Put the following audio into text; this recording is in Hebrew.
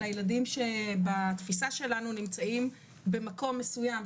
לילדים שבתפיסה שלנו הם נמצאים במקום מסוים,